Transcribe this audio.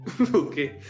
Okay